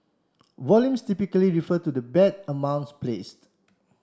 volumes typically refer to the bet amounts placed